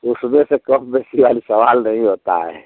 उसमें से कम बेसी वाली सवाल नहीं होता है